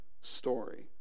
story